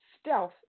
stealth